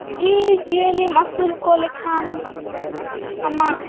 ᱡᱤᱵᱽᱼᱡᱤᱭᱟᱹᱞᱤᱢ ᱟᱹᱥᱩᱞᱠᱚ ᱞᱮᱠᱷᱟᱱ ᱟᱢᱟᱜ